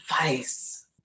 advice